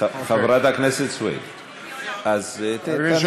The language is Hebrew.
חברת הכנסת סויד, חברת הכנסת סויד, אני עולה.